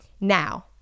now